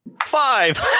Five